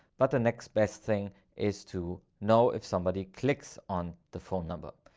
but the next best thing is to know if somebody clicks on the phone number.